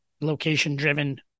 location-driven